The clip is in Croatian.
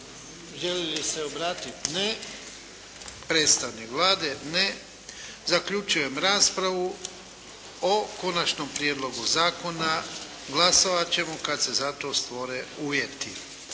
Želi li se obratit predstavnik Vlade? Ne. Zaključujem raspravu. O konačnom prijedlogu zakona glasovat ćemo kad se za to stvore uvjeti.